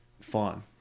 fun